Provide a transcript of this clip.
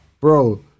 Bro